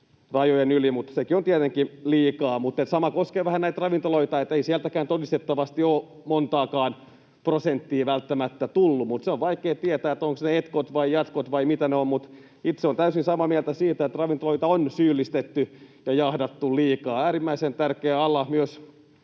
valiokunnassa — mutta sekin on tietenkin liikaa. Sama koskee vähän näitä ravintoloita, että ei sieltäkään todistettavasti ole montaakaan prosenttia välttämättä tullut, mutta on vaikea tietää, ovatko ne etkot vai jatkot vai mitä ne ovat, mutta itse olen täysin samaa mieltä siitä, että ravintoloita on syyllistetty ja jahdattu liikaa. Se on äärimmäisen tärkeä ala, myös